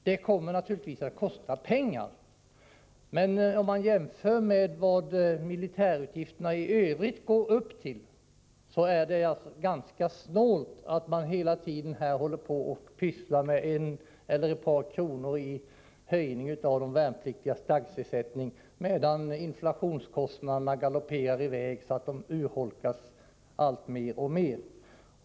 Det kommer naturligtvis att kosta pengar, men om man jämför med vad militärutgifterna i Övrigt går upp till, är det ganska snålt att man hela tiden pysslar med en eller ett par kronor i höjning av de värnpliktigas dagspenning, medan inflationen galopperar i väg så att ersättningen urholkas mer och mer.